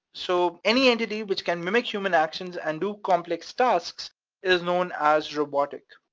so any entity which can mimic human actions and do complex tasks is known as robotic.